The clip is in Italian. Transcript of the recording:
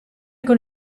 con